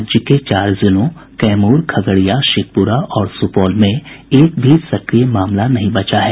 राज्य के चार जिलों कैमूर खगड़िया शेखपुरा और सुपौल में एक भी सक्रिय मामला नहीं बचा है